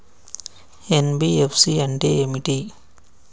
NBFC అంటే ఏమిటి?